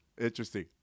interesting